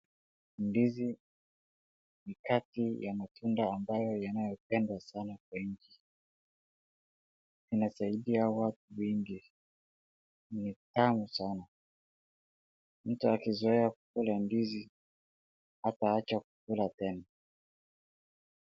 Ndizi ni kati ya matunda ambayo yanayopendwa sana kwa nchi. Inasaidia watu wengi, ni tamu sana. Mtu akizoea kukula ndizi hataacha kukula tena.